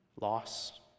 loss